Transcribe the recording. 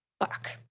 Fuck